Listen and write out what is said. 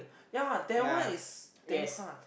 ya that one is damn hard